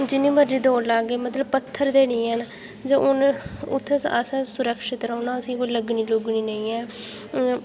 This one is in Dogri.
जि'यां मर्जी दौड़ लैगे मतलब पत्थर गै नेईं हैन जे हून उत्थै अस सुरक्षित रौंह्ना असेंगी लगनी लुगनी नेईं हैन